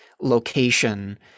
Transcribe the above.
location